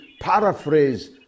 paraphrase